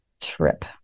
trip